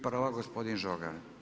Prva gospodin Žagar.